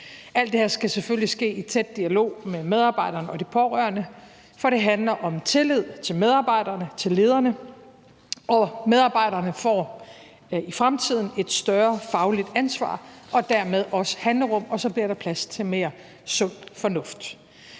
Alt det her skal selvfølgelig ske i en tæt dialog mellem medarbejderne og de pårørende. For det handler om tillid til medarbejderne og til lederne, og medarbejderne får i fremtiden et større fagligt ansvar og dermed også handlerum, og så bliver der plads til mere sund fornuft.